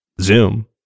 zoom